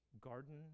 garden